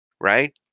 right